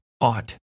ought